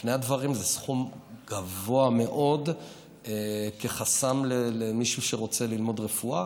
על פני הדברים זה סכום גבוה מאוד כחסם למישהו שרוצה ללמוד רפואה.